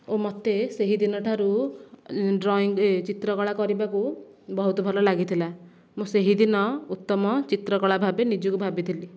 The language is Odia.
ମୋତେ ସମସ୍ତଙ୍କୁ ବହୁତ ଭଲ ଲାଗିଥିଲା ଏବଂ ମୁଁ ବାଘ ଦେହରେ ହଳଦିଆ ଏବଂ କଳା ରଙ୍ଗ ଆଖିରେ ସପଟା ମଞ୍ଜି ଦେଇଥିଲି